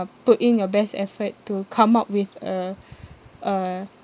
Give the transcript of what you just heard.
put in your best effort to come up with a a